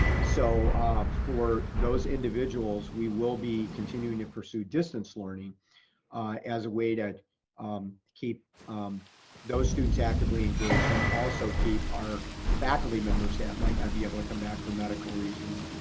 so for those individuals, we will be continuing to pursue distance learning as a way to um keep those students actively engaged and also keep our faculty members that might be able to come back for medical reasons